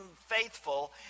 faithful